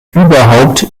überhaupt